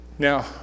Now